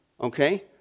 Okay